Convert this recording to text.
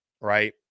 Right